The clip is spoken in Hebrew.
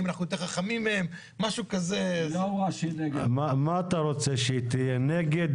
זה יהיה בליווי